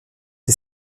les